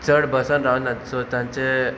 चड बसान रावनात सो तांचे